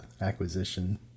acquisition